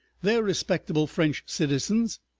they're respectable french citizens.